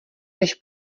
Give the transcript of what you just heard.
než